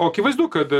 o akivaizdu kad